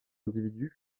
individus